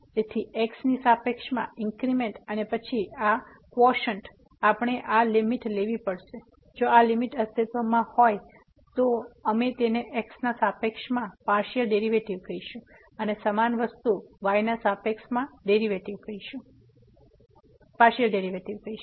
તેથી x ની સાપેક્ષમાં ઇન્ક્રીમેન્ટ અને પછી આ કોસેન્ટ આપણે આ લીમીટ લેવી પડશે જો આ લીમીટ અસ્તિત્વમાં હોય તો અમે તેને x ના સાપેક્ષમાં પાર્સીઅલ ડેરીવેટીવ કહીશું અને સમાન વસ્તુ y ના સાપેક્ષમાં પાર્સીઅલ ડેરીવેટીવ કહીશું